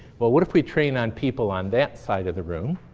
well, what if we train on people on that side of the room.